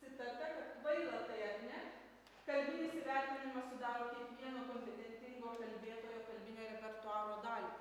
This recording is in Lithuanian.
citata kad kvaila tai ar ne kalbinis įvertinimas sudaro kiekvieno kompetentingo kalbėtojo kalbinę repertuaro dalį